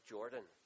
Jordan